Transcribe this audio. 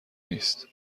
نیست